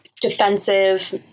defensive